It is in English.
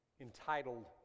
entitled